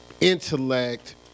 intellect